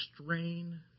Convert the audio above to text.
strain